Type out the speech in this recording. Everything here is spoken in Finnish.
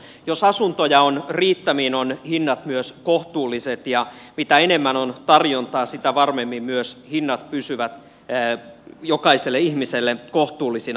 jos asuntoja on riittämiin ovat hinnat myös kohtuulliset ja mitä enemmän on tarjontaa sitä varmemmin myös hinnat pysyvät jokaiselle ihmiselle kohtuullisina